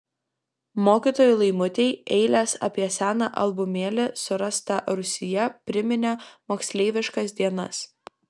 mokytojai laimutei eilės apie seną albumėlį surastą rūsyje priminė moksleiviškas dienas